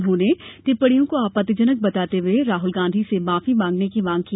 उन्होंने टिप्पणियों को आपत्तिजनक बताते हुये राहुल गांधी से माफी मांगने की मांग की